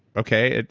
okay,